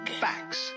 Facts